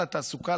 לתעסוקה,